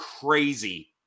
crazy